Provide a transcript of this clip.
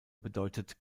bedeutet